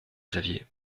xavier